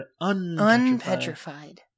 Unpetrified